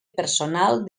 personal